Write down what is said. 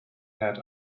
had